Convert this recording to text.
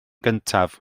gyntaf